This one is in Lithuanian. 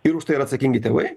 ir už tai yra atsakingi tėvai